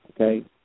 Okay